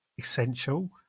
essential